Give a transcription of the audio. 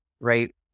right